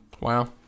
Wow